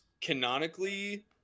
canonically